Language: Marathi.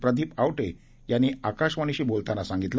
प्रदीप आवटे यांनी आकाशवाणीशी बोलताना सांगितलं